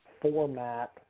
format